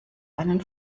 einem